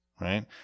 right